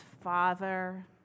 Father